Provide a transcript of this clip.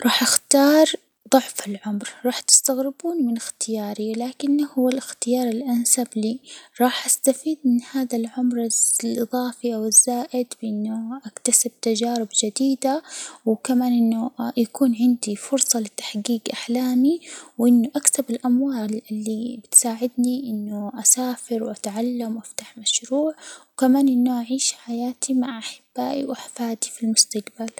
راح أختار ضعف العمر، راح تستغربون من إختياري، لكنه هو الإختيار الأنسب لي، راح أستفيد من هذا العمر الإضافي أو الزائد في أني أكتسب تجارب جديدة، وكمان إنه يكون عندي فرصة لتحجيج أحلامي، و إني أكسب الأموال اللي بتساعدني أني أسافر، أتعلم، وأفتح مشروع، وكمان راح أعيش حياتي مع أحبائي وأحفادي في المستجبل.